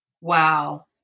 Wow